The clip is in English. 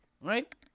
right